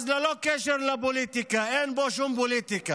אז ללא קשר לפוליטיקה, אין כאן שום פוליטיקה,